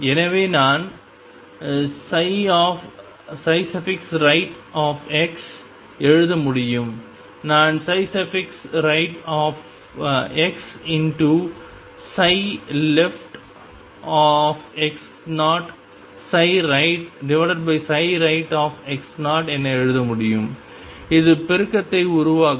எனவே நான் right எழுத முடியும் நான் rightxleftx0rightx0 என எழுத முடியும் இது பொருத்தத்தை உருவாக்கும்